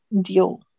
deal